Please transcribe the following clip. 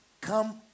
come